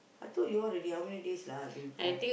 I told you all already lah before